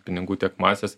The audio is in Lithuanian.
pinigų tiek masės